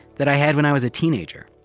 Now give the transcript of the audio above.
that i had when i was a teenager.